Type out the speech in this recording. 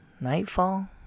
Nightfall